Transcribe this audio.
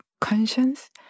conscience